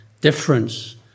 difference